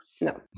No